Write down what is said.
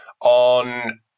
on